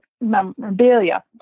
memorabilia